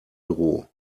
büro